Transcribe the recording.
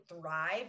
thrive